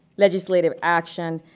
legislative action.